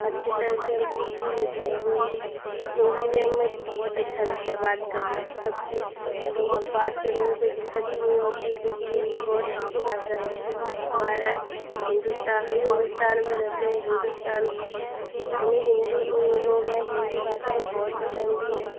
अच्छी तरह से हम सीख भी लेते हैं हमें लिख हिन्दी में हमें बहुत अच्छा लगता है बात करना सबसे हमको बात करने में कोई दिक्कत भी नहीं होती क्योंकि हिन्दी बहुत अच्छी भाषा है हमारा हिन्दुस्ता हम हिन्दुस्तान में रहते हैं हिन्दुस्तान हमें हिन्दू लोग हैं हिन्दी भाषा हमें बहुत पसन्द भी है